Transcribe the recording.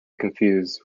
confused